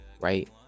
right